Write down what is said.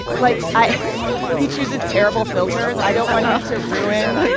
ah like, i he chooses terrible filters. i don't want him to ruin.